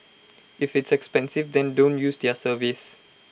if it's expensive then don't use their service